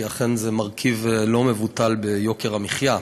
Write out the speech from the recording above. כי זה אכן מרכיב לא מבוטל ביוקר המחיה.